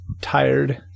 tired